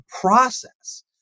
process